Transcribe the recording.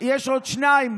יש עוד שניים.